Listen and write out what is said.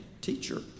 teacher